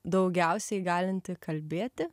daugiausiai galinti kalbėti